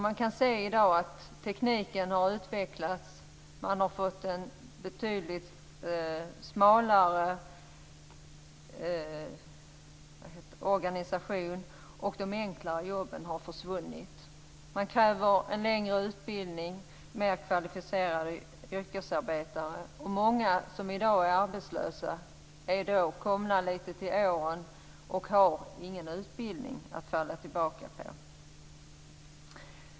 Man kan se i dag att tekniken har utvecklats. Man har fått en betydligt smalare organisation och de enklare jobben har försvunnit. Man kräver en längre utbildning och mer kvalificerade yrkesarbetare. Många som i dag är arbetslösa är komna litet till åren och har ingen utbildning att falla tillbaka på.